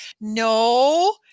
No